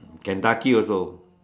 Kentucky also